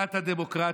דת הדמוקרטיה,